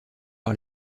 par